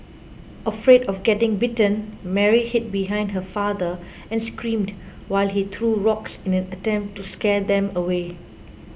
afraid of getting bitten Mary hid behind her father and screamed while he threw rocks in an attempt to scare them away